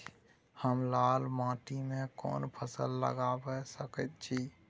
हम लाल माटी में कोन फसल लगाबै सकेत छी?